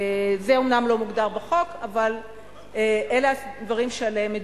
זה אומנם לא מוגדר בחוק אבל אלה הדברים שעליהם מדובר.